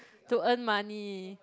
to earn money